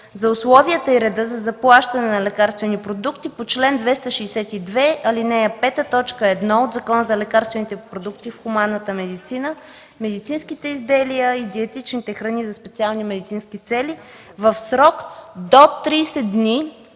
за условията и реда за заплащане на лекарствени продукти по чл. 262, ал. 5, т. 1 от Закона за лекарствените продукти в хуманната медицина, медицинските изделия и диетичните храни за специални медицински цели. В срок до 30 дни,